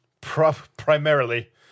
primarily